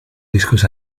discos